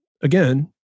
again